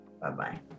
bye-bye